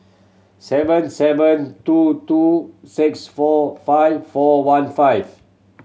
seven seven two two six four five four one five